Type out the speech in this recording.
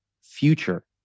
future